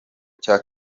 cya